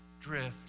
drift